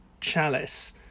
chalice